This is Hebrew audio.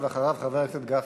ואחריו, חבר הכנסת גפני.